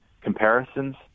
comparisons